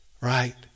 Right